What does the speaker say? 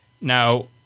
Now